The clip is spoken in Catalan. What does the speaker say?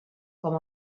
com